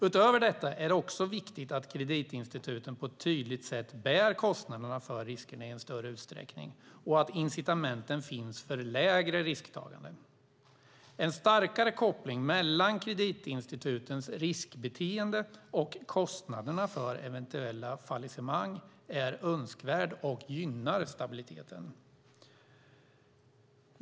Utöver detta är det också viktigt att kreditinstituten på ett tydligt sätt bär kostnaderna för risken i en större utsträckning och att incitamenten finns för lägre risktagande. En starkare koppling mellan kreditinstitutens riskbeteende och kostnaderna för eventuella fallissemang är önskvärd och gynnar stabiliteten.